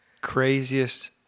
craziest